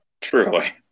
truly